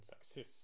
success